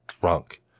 drunk